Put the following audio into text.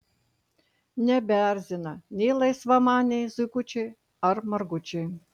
nebeerzina nė laisvamaniai zuikučiai ar margučiai